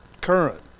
current